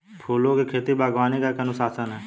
फूलों की खेती, बागवानी का एक अनुशासन है